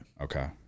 Okay